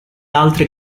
altri